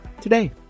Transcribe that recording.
today